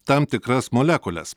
tam tikras molekules